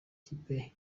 kipe